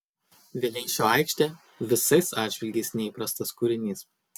vileišio aikštė visais atžvilgiais neįprastas kūrinys